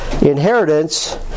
inheritance